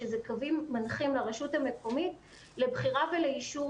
שזה קווים מנחים לרשות המקומית לבחירה ולאישור